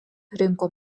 rinko